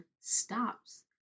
stops